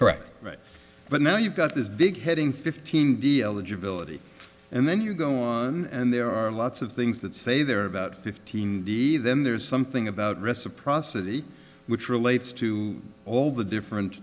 correct but now you've got this big heading fifteen dhea eligibility and then you go on and there are lots of things that say there are about fifteen de then there's something about reciprocity which relates to all the different